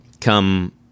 come